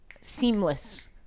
Seamless